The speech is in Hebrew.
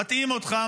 מטעים אותך,